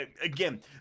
again